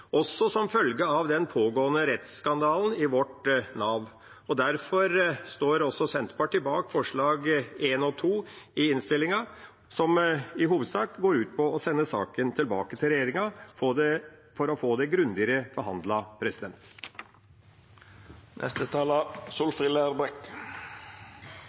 også som følge av den pågående rettsskandalen i Nav. Derfor står Senterpartiet bak forslagene nr. 1 og 2 i innstillinga, som i hovedsak går ut på å sende saken tilbake til regjeringa for å få